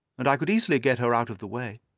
and i could easily get her out of the way.